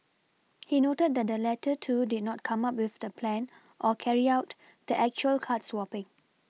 he noted that the latter two did not come up with the plan or carry out the actual card swapPing